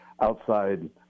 outside